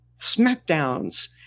smackdowns